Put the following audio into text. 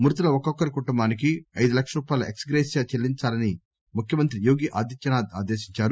మృతుల ఒక్కొక్కరి కుటుంబానికి ఐదు లక్షల రూపాయల ఎక్స్ గ్రేషియా చెల్లించాలని ముఖ్యమంత్రి యోగి ఆదిత్యనాథ్ ఆదేశించారు